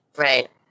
Right